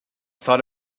thought